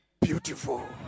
beautiful